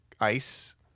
Ice